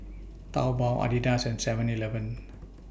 Taobao Adidas and Seven Eleven